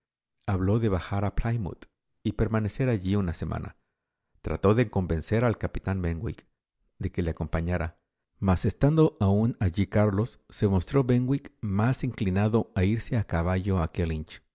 habló de bajar a plymouth y permanecer allí una semana trató de convencer al capitán benwick de que le acompañara mas estando aún allí carlos se mostró benwick más inclinado a irse a caballo a